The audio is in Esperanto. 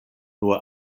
nur